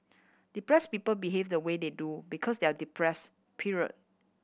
depress people behave the way they do because they are depress period